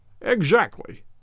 Exactly